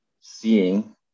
seeing